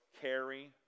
carry